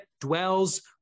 dwells